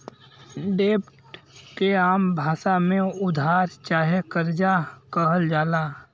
डेब्ट के आम भासा मे उधार चाहे कर्जा कहल जाला